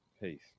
peace